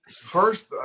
First